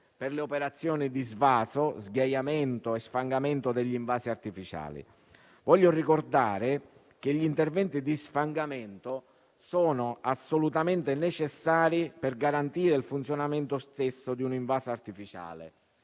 per le operazioni di svaso, sghiaiamento e sfangamento degli invasi artificiali. Voglio ricordare che gli interventi di sfangamento sono assolutamente necessari per garantire il funzionamento stesso di un invaso artificiale,